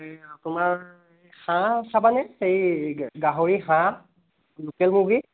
এই তোমাৰ এই হাঁহ খাবানে এই গাহৰি হাঁহ লোকেল মুৰ্গী